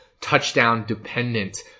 touchdown-dependent